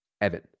Evan